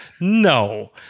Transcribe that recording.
No